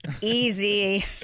easy